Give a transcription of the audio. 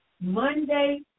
Monday